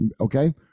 okay